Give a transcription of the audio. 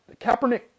Kaepernick –